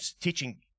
teaching